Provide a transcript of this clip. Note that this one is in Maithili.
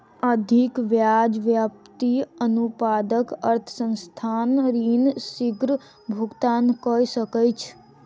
अधिक ब्याज व्याप्ति अनुपातक अर्थ संस्थान ऋण शीग्र भुगतान कय सकैछ